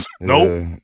nope